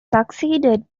succeeded